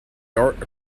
dart